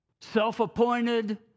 Self-appointed